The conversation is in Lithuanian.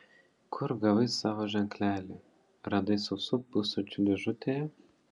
kur gavai savo ženklelį radai sausų pusryčių dėžutėje